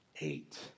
eight